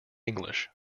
english